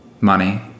money